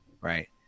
right